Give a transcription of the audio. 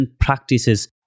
practices